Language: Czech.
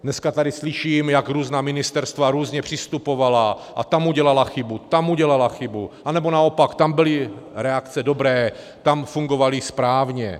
Dneska tady slyším, jak různá ministerstva různě přistupovala a tam udělala chybu, tam udělala chybu, nebo naopak tam byly reakce dobré, tam fungovaly správně.